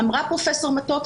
אמרה פרופ' מטות,